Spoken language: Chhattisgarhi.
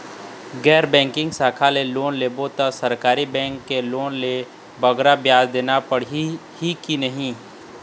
गैर बैंकिंग शाखा ले लोन लेबो ता सरकारी बैंक के लोन ले बगरा ब्याज देना पड़ही ही कि नहीं?